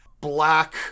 black